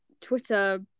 Twitter